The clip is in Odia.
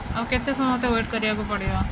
ଆଉ କେତେ ସମୟ ମୋତେ ୱେଟ୍ କରିବାକୁ ପଡ଼ିବ